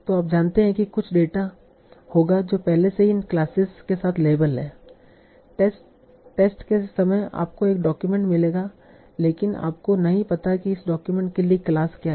तो आप जानते हैं कि कुछ डेटा होगा जो पहले से ही इन क्लासेस के साथ लेबल है टेस्ट के समय आपको एक डॉक्यूमेंट मिलेगा लेकिन आपको नहीं पता कि इस डॉक्यूमेंट के लिए क्लास क्या है